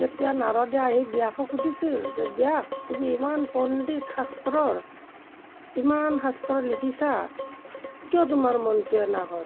তেতিয়া নাৰদে আহি ব্যাসক সুধিছিল যে ব্যাস তুমি ইমান পণ্ডিত শাস্ত্ৰৰ ইমান শাস্ত্ৰ লিখিছা কিয় তোমাৰ মনটো এনে হ'ল